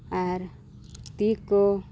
ᱟᱨ ᱛᱤ ᱠᱚ